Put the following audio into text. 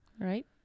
Right